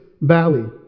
Valley